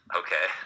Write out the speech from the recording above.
okay